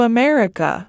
America